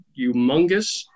humongous